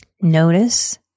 Notice